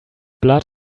blood